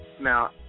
Now